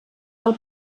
del